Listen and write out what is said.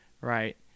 Right